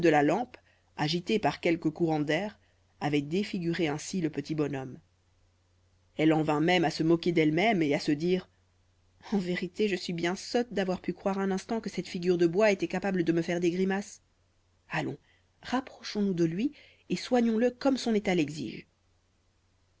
la lampe agitée par quelque courant d'air avait défiguré ainsi le petit bonhomme elle en vint même à se moquer d'elle-même et à se dire en vérité je suis bien sotte d'avoir pu croire un instant que cette figure de bois était capable de me faire des grimaces allons rapprochons nous de lui et soignons le comme son état l'exige